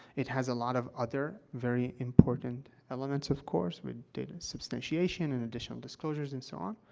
it has a lot of other very important elements, of course, with data substantiation and additional disclosures and so on.